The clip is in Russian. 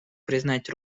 признать